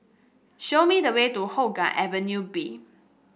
show me the way to Hougang Avenue B